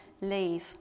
leave